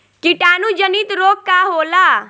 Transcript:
कीटाणु जनित रोग का होला?